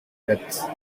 deaths